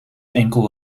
enkel